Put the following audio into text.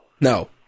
no